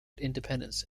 independence